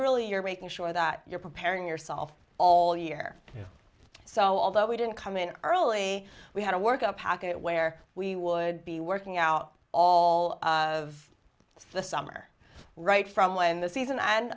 really you're making sure that you're preparing yourself all year so although we didn't come in early we had a work up package where we would be working out all of the summer right from when the season and